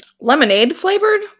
lemonade-flavored